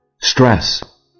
Stress